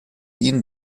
ihn